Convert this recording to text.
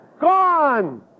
Gone